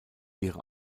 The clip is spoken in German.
ihre